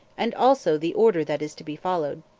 and also the order that is to be followed.